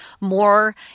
more